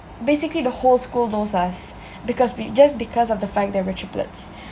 basically the whole school knows us because we just because of the fact that we're triplets